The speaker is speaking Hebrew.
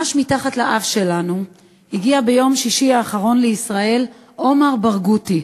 ממש מתחת לאף שלנו הגיע ביום שישי האחרון לישראל עומר ברגותי,